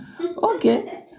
Okay